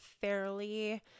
fairly